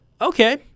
Okay